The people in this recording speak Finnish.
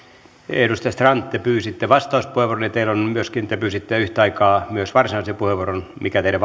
edustaja strand te pyysitte vastauspuheenvuoron ja te pyysitte yhtä aikaa myöskin varsinaisen puheenvuoron mikä teidän